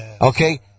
okay